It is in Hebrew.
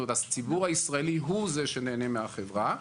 הציבור הישראלי הוא זה שנהנה מהחברה,